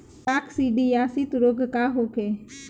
काकसिडियासित रोग का होखे?